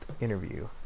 interview